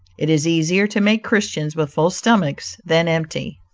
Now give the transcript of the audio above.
it is easier to make christians with full stomachs than empty.